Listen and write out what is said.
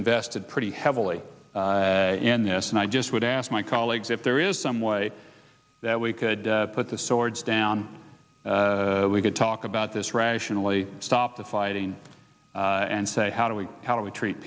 invested pretty heavily in this and i just would ask my colleagues if there is some way that we could put the swords down we could talk about this rationally stop the fighting and say how do we how do we treat